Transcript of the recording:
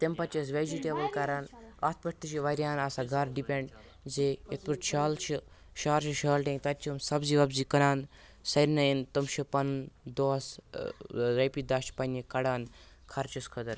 تمہِ پَتہٕ چھِ أسۍ ویٚجِٹیبٕل کَران اَتھ پٮ۪ٹھ تہِ چھِ واریاہَن آسان گَھرٕ ڈِپیٚنٛڈ زِ یِتھ پٲٹھۍ شالہٕ چھِ شہر چھِ شالہٕ ٹیٚنٛگ تَتہِ چھِ یِم سبزی وَبزی کٕنان سارنٕے تِم چھِ پَنُن دۄہَس رۄپیہِ دٔہ چھِ پننہِ کَڑان خَرچَس خٲطٕر